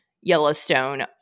Yellowstone